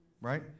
right